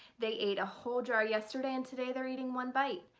they ate a whole jar yesterday and today they're eating one bite,